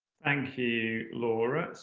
thank you, laura.